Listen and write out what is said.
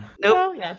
Nope